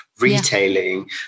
retailing